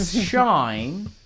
Shine